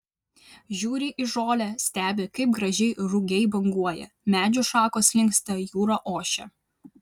žiūri į žolę stebi kaip gražiai rugiai banguoja medžių šakos linksta jūra ošia